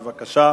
בבקשה.